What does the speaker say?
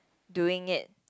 doing it